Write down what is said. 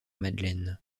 madeleine